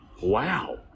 wow